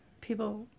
people